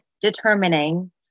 determining